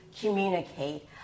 communicate